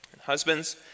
Husbands